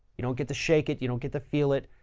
you don't get to shake it, you don't get to feel it,